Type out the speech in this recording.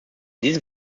diesem